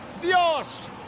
¡Dios